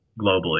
globally